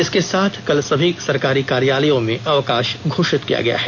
इसके साथ कल सभी सरकारी कार्यालयों में अवकाश घोषित किया गया है